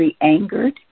angered